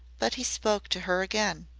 but he spoke to her again.